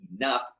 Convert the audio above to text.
enough